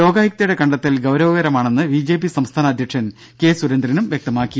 ലോകായുക്തയുടെ കണ്ടെത്തൽ ഗൌരവകരമാണെന്ന് ബിജെപി സംസ്ഥാന അധ്യക്ഷൻ കെ സുരേന്ദ്രനും വ്യക്തമാക്കി